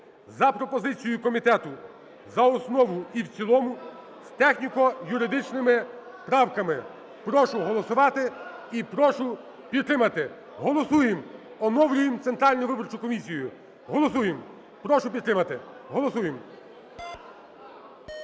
за пропозицією комітету за основу і в цілому з техніко-юридичними правками. Прошу голосувати і прошу підтримати. Голосуємо. Оновлюємо Центральну виборчу комісією. Голосуємо. Прошу підтримати. Голосуємо.